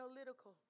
analytical